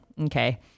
okay